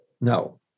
No